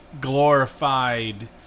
glorified